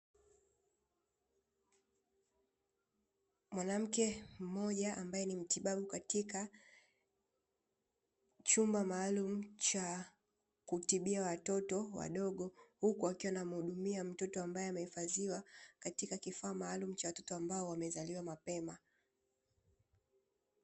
Mwanamke mmoja ambaye ni mtibabu katika chumba maalumu cha kutibia watoto wadogo huku akiwa anamuhudumia mtoto ambaye amehifadhiwa katika kifaa maalumu cha watoto ambao wamezaliwa mapema.